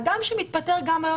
אדם שמתפטר גם היום,